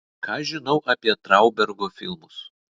ką žinau apie traubergo filmus